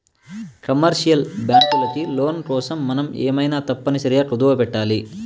commercial బ్యాంకులకి loan కోసం మనం ఏమైనా తప్పనిసరిగా కుదవపెట్టాలి